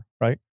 right